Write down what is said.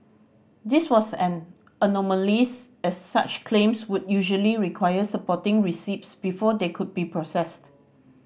this was an anomaly's as such claims would usually require supporting receipts before they could be processed